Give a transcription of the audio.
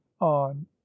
on